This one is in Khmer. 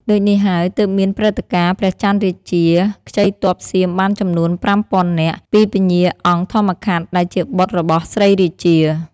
ដូចនេះហើយ ទើបមានព្រឹត្តិការណ៍ ព្រះចន្ទរាជា ខ្ចីទ័ពសៀមបានចំនួន ៥០០០នាក់ ពីពញ្ញាអង្គធម្មខាត់ ដែលជាបុត្ររបស់ ស្រីរាជា។